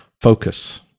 focus